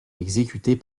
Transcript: exécuté